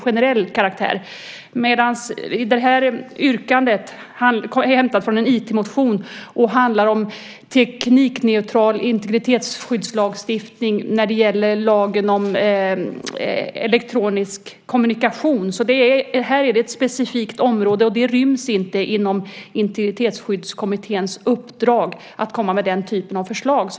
Vårt yrkande är hämtat från en IT-motion som handlar om teknikneutral integritetsskyddslagstiftning och gäller lagen om elektronisk kommunikation. Det är ett specifikt område, och det ryms inte i Integritetsskyddskommitténs uppdrag att komma med den typen av förslag.